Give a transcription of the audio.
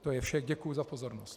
To je vše, děkuji za pozornost.